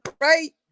right